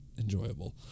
enjoyable